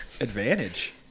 Advantage